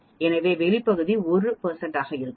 எனவே வெளி பகுதி 1 ஆக இருக்கும்